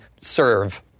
serve